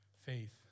faith